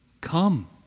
come